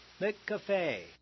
McCafe